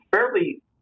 fairly